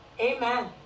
Amen